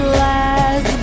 last